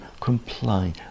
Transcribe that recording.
comply